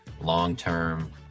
Long-term